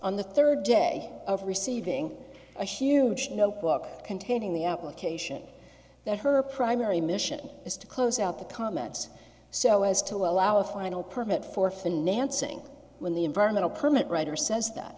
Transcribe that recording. on the third day of receiving a huge book containing the application that her primary mission is to close out the comments so as to allow a final permit for financing when the environmental permit writer says that